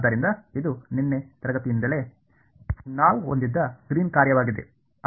ಆದ್ದರಿಂದ ಇದು ನಿನ್ನೆ ತರಗತಿಯಿಂದಲೇ ನಾವು ಹೊಂದಿದ್ದ ಗ್ರೀನ್ನ ಕಾರ್ಯವಾಗಿದೆ